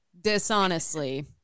dishonestly